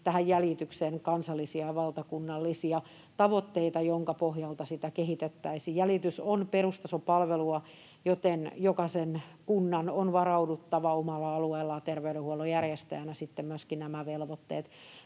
tähän jäljitykseen kansallisia ja valtakunnallisia tavoitteita, joiden pohjalta sitä kehitettäisiin. Jäljitys on perustason palvelua, joten jokaisen kunnan on varauduttava omalla alueellaan terveydenhuollon järjestäjänä myöskin nämä velvoitteet